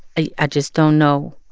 i ah just don't know